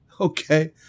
Okay